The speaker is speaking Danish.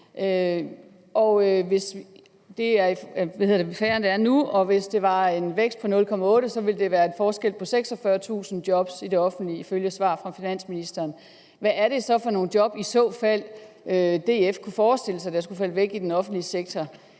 i det offentlige, og hvis det er en vækst på 0,8 pct. ville det være en forskel på 46.000 job i det offentlige ifølge svar fra finansministeren. Hvad er det så for nogle job, som DF i så fald kunne forestille sig skulle falde væk i den offentlige sektor?